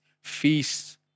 feasts